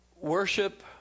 worship